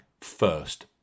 first